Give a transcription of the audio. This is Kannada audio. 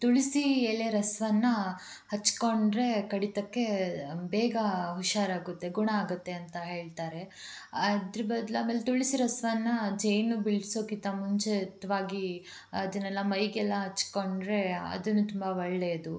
ತುಳಸಿ ಎಲೆ ರಸವನ್ನ ಹಚ್ಚಿಕೊಂಡ್ರೆ ಕಡಿತಕ್ಕೆ ಬೇಗ ಹುಷಾರಾಗುತ್ತೆ ಗುಣ ಆಗುತ್ತೆ ಅಂತ ಹೇಳ್ತಾರೆ ಅದ್ರ ಬದ್ಲು ಆಮೇಲೆ ತುಳಸಿ ರಸವನ್ನ ಜೇನು ಬೀಳ್ಸೋಕ್ಕಿಂತ ಮುಂಚಿತವಾಗಿ ಅದನ್ನೆಲ್ಲ ಮೈಗೆಲ್ಲ ಹಚ್ಕೊಂಡ್ರೆ ಅದೂ ತುಂಬ ಒಳ್ಳೆಯದು